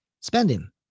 spending